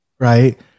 right